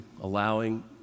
allowing